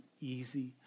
easy